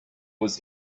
was